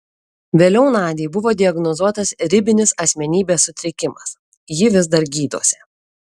vėliau nadiai buvo diagnozuotas ribinis asmenybės sutrikimas ji vis dar gydosi